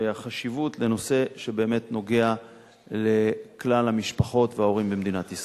ומתן החשיבות לנושא שבאמת נוגע לכלל המשפחות וההורים במדינת ישראל.